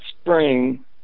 spring